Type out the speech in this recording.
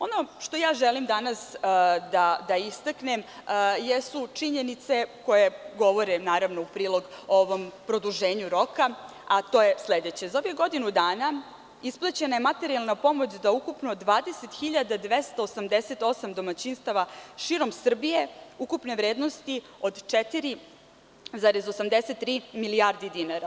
Ono što ja želim danas da istaknem jesu činjenice koje govore, naravno u prilog ovom produženju roka, a to je sledeće - za godinu dana isplaćena je materijalna pomoć da ukupno 20.288 domaćinstava širom Srbije, ukupne vrednosti od 4,83 milijarde dinara.